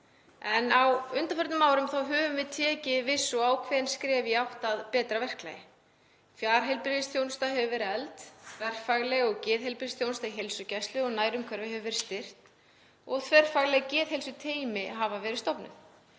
Á undanförnum árum höfum við stigið viss og ákveðin skref í átt að betra verklagi. Fjarheilbrigðisþjónusta hefur verið efld, þverfagleg geðheilbrigðisþjónusta í heilsugæslu og nærumhverfi hefur verið styrkt og þverfagleg geðheilsuteymi hafa verið stofnuð.